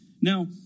Now